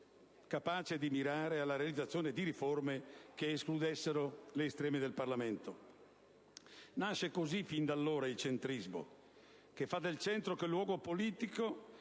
capace di mirare alla realizzazione di riforme che escludessero le ali estreme del Parlamento. Nasce così il centrismo che fa del centro quel luogo politico,